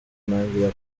ntangira